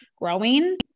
growing